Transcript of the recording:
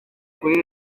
kuri